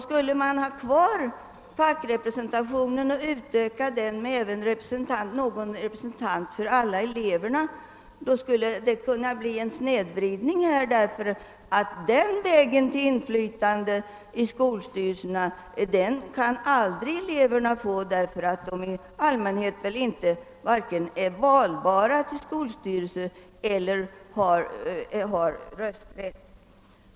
Skulle man ha kvar fackrepresentationen och även utöka den med någon representant för eleverna skulle man riskera en snedvridning; vägen till inflytande i skolstyrelserna genom inval står inte öppen. I allmänhet är ju eleverna inte valbara till skolstyrelserna och har inte heller rösträtt.